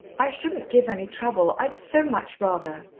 i shouldn't give any trouble i'd so much rather,